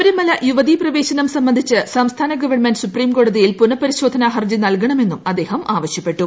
ശബരിമല യുവതീ പ്രവേശനം സംബന്ധിച്ച് സംസ്ഥാന ഗവൺമെന്റ് സുപ്രീംകോടതിയിൽ പുനപരിശോധനാ ഹർജി നൽകണമെന്നും അദ്ദേഹം ആവശ്യപ്പെട്ടു